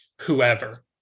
whoever